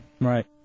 Right